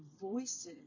voices